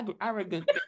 arrogant